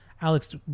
alex